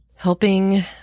helping